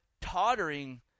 tottering